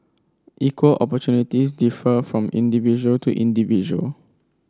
equal opportunities differ from individual to individual